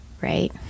right